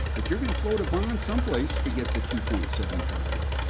but you're going to float a bond someplace to get the two point seven five